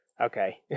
okay